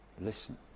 listen